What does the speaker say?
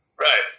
Right